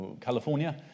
California